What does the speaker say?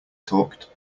talked